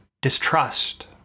distrust